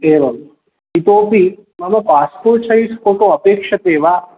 एवम् इतोपि मम पास्पोर्ट् सैज़् फ़ोटो अपेक्षते वा